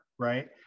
right